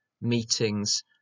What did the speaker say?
meetings